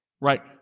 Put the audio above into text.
Right